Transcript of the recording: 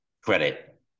credit